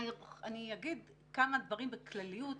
אני אגיד כמה דברים בכלליות.